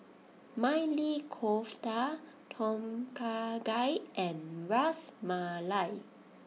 Maili Kofta Tom Kha Gai and Ras Malai